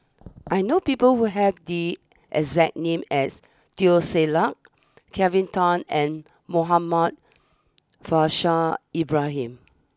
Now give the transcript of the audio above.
I know people who have the exact name as Teo Ser Luck Kelvin Tan and Muhammad Faishal Ibrahim